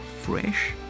fresh